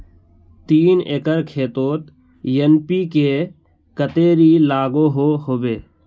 तीन एकर खेतोत एन.पी.के कतेरी लागोहो होबे?